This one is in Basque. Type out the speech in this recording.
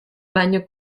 baino